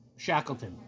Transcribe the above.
Shackleton